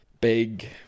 big